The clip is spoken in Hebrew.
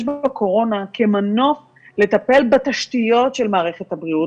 בקורונה כמנוף לטפל בתשתיות של מערכת הבריאות,